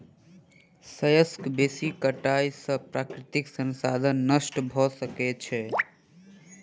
शस्यक बेसी कटाई से प्राकृतिक संसाधन नष्ट भ सकै छै